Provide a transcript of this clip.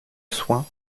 soin